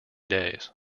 days